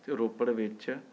ਰੋਪੜ ਵਿੱਚ